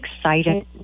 excited